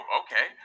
okay